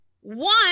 One